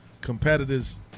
competitors